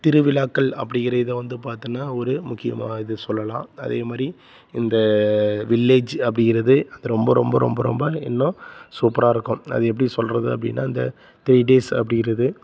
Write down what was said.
திருவிழாக்கள் அப்படி இருக்கிறது வந்து பார்த்திங்கனா ஒரு முக்கியமான இது சொல்லலாம் அதே மாதிரி இந்த வில்லேஜு அப்படிங்கிறது அது ரொம்ப ரொம்ப ரொம்ப ரொம்ப இன்னும் சூப்பராக இருக்கும் அது எப்படி சொல்றது அப்படின்னா இந்த த்ரீ டேஸ் அப்படிங்கிறது